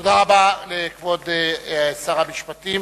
תודה רבה לכבוד שר המשפטים.